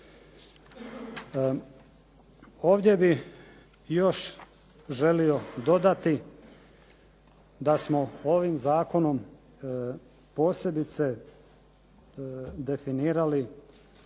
Ovdje bih još želio dodati da smo ovim zakonom posebice definirali